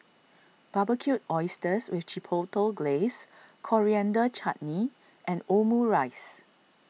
Barbecued Oysters with Chipotle Glaze Coriander Chutney and Omurice